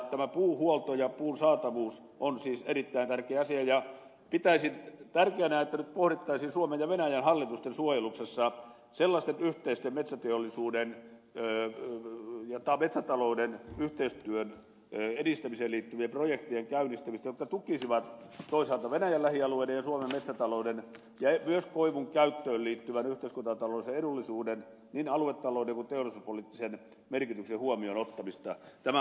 tämä puuhuolto ja puun saatavuus on siis erittäin tärkeä asia ja pitäisin tärkeänä että nyt pohdittaisiin suomen ja venäjän hallitusten suojeluksessa sellaisten yhteisten metsäteollisuuden ja metsätalouden yhteistyön edistämiseen liittyvien projektien käynnistämistä jotka tukisivat toisaalta venäjän lähialueiden ja suomen metsätalouden ja myös koivun käyttöön liittyvän yhteiskuntataloudellisen edullisuuden niin aluetalouden kuin teollisuuspoliittisen merkityksen huomioon ottamista